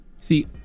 See